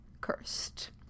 cursed